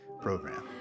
program